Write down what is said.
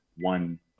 one